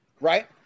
right